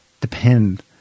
depend